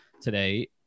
today